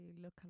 look